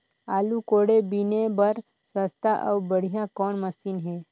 आलू कोड़े बीने बर सस्ता अउ बढ़िया कौन मशीन हे?